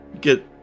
get